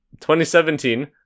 2017